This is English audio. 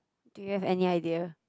do you have any idea